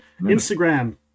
instagram